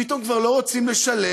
פתאום כבר לא רוצים לשלם.